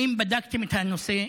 האם בדקתם את הנושא?